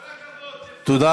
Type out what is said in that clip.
כל הכבוד, תפרקו את הממשלה.